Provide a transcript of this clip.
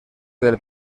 del